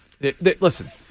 Listen